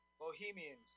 Bohemians